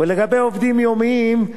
ולגבי עובדים יומיים,